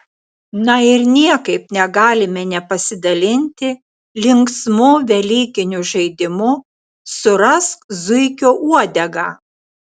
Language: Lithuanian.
na ir niekaip negalime nepasidalinti linksmu velykiniu žaidimu surask zuikio uodegą